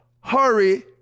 hurry